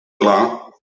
clar